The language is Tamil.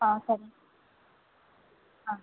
ஆ சரி ஆ